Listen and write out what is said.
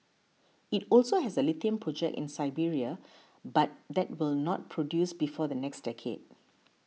it also has a lithium project in Serbia but that will not produce before the next decade